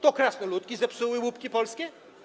To krasnoludki zepsuły łupki polskie?